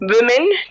women